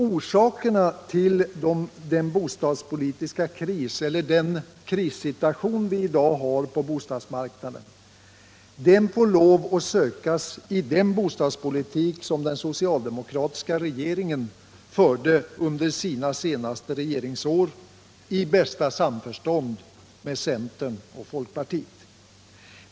Orsakerna till den bostadspolitiska kris, eller den krissituation vi i dag har på bostadsmarknaden, får lov att sökas i den bostadspolitik som den socialdemokratiska regeringen förde under sina senaste regeringsår —- i bästa samförstånd med centern och folkpartiet.